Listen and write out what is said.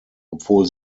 obwohl